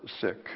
sick